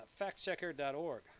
factchecker.org